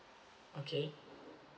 okay